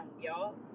y'all